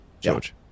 George